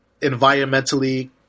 environmentally